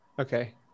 Okay